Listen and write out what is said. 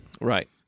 Right